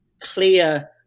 clear